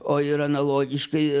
o ir analogiškai